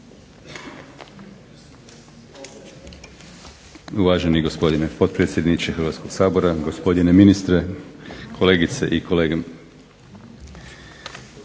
Uvaženi gospodine potpredsjedniče Hrvatskog sabora, gospodine ministre, kolegice i kolege.